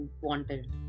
wanted